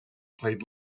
played